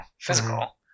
physical